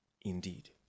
indeed